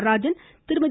Natarajan Thirumathi